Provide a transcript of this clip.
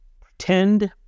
Pretend